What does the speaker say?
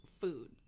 food